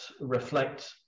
reflect